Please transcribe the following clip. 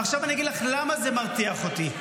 עכשיו אני אגיד לך למה זה מרתיח אותי,